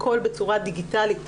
הכול בצורה דיגיטלית.